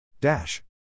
Dash